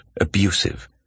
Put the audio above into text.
abusive